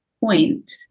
point